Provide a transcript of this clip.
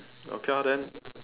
okay lor then